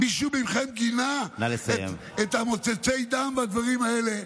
מישהו מכם גינה את "מוצצי הדם" והדברים האלה?